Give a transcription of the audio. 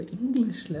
English